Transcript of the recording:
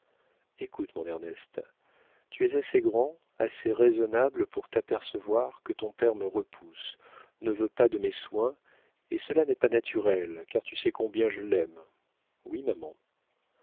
écoute mon ernest tu es assez grand assez raisonnable pour t'apercevoir que ton père me repousse ne veut pas de mes soins et cela n'est pas naturel car tu sais combien je l'aime oui maman